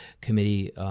committee